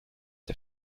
der